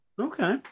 Okay